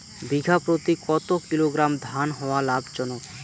বিঘা প্রতি কতো কিলোগ্রাম ধান হওয়া লাভজনক?